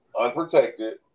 unprotected